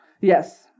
Yes